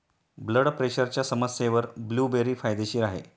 blood प्रेशरच्या समस्येवर blueberry फायदेशीर आहे